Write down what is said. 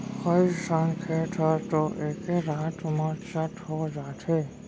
कइठन खेत ह तो एके रात म चट हो जाथे